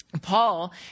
paul